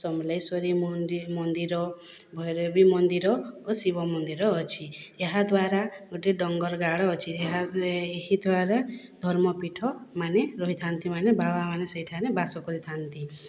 ସମଲେଶ୍ଵରୀ ମନ୍ଦିର ଭୈରବୀ ମନ୍ଦିର ଓ ଶିବ ମନ୍ଦିର ଅଛି ଏହା ଦ୍ଵାରା ଗୋଟେ ଡଙ୍ଗର୍ଗାଡ ଅଛି ଏହା ଏହି ଦ୍ଵାରା ଧର୍ମ ପୀଠମାନେ ରହିଥାନ୍ତି ମାନେ ବାବାମାନେ ସେଇଠାରେ ବାସ କରିଥାନ୍ତି